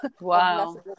wow